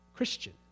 Christian